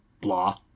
blah